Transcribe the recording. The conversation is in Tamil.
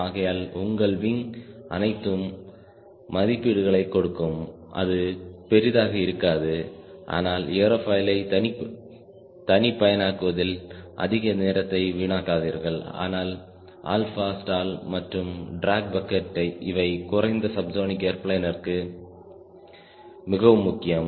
ஆகையால் உங்கள் விங் அனைத்தும் மதிப்பீடுகளை கொடுக்கும் அது பெரிதாக இருக்காது ஆனால் ஏரோபாயிலைத் தனிப்பயனாக்குவதில் அதிக நேரத்தை வீணாக்காதீர்கள் ஆனால் ஆல்பா ஸ்டால் மற்றும் ட்ராக் பக்கெட் இவை குறைந்த சப்ஸோனிக் ஏர்பிளேன்ற்கு மிகவும் முக்கியம்